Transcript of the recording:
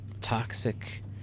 toxic